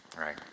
right